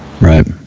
right